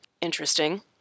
interesting